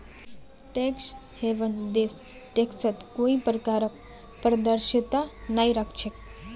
tax haven देश टैक्सत कोई प्रकारक पारदर्शिता नइ राख छेक